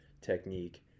technique